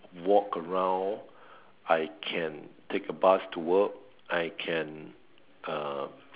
walk around I can take a bus to work I can uh